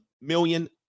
million